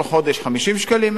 כל חודש 50 שקלים?